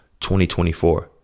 2024